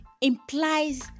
implies